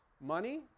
Money